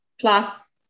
plus